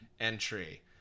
entry